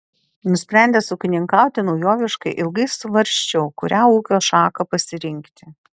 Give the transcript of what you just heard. nusprendęs ūkininkauti naujoviškai ilgai svarsčiau kurią ūkio šaką pasirinkti